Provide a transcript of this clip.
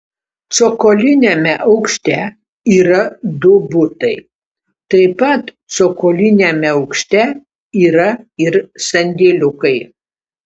cokoliniame aukšte yra du butai taip pat cokoliniame aukšte yra ir sandėliukai